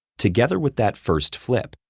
together with that first flip,